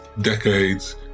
decades